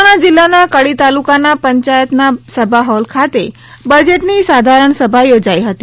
મહેસાણા જિલ્લાના કડી તાલુકા પંચાયતના સભા હોલ ખાતે બજેટની સાધારાણ સભા યોજઇ હતી